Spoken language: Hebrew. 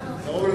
לא את דעתך.